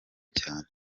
cyane